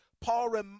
Paul